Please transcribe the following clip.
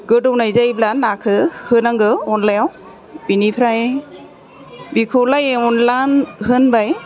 गोदौनाय जायोब्ला नाखौ होनांगौ अनलायाव बेनिफ्राय बेखौ लाइ अनला होनबाय